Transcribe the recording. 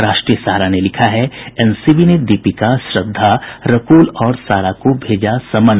राष्ट्रीय सहारा ने लिखा है एनसीबी ने दीपिका श्रद्धा रकुल और सारा को भेजा समन